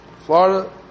Florida